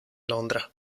londra